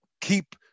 keep